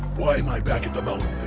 why am i back at the mountain?